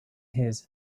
his